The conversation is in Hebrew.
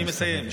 נא לסיים,